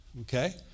Okay